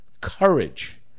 courage